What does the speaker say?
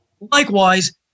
Likewise